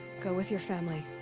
go with your family.